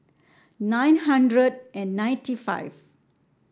nine hundred and ninety five